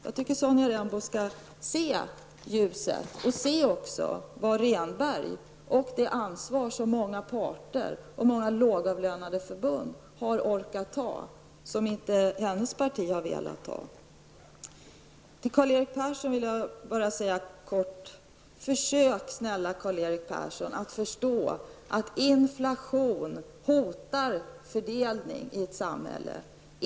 Jag tycker att Sonja Rembo skall se ljuset och också vilket ansvar Rehnberg och många parter, även förbund med många lågavlönade, har orkat ta men som inte hennes parti har velat ta. Till Karl-Erik Persson vill jag bara säga: Försök, snälla Karl-Erik Persson, att förstå att inflation hotar fördelningen i ett samhälle.